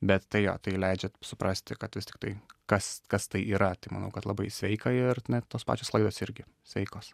bet tai jo tai leidžia suprasti kad vis tiktai kas kas tai yra tai manau kad labai sveika ir net tos pačios klaidos irgi sveikos